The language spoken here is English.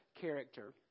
character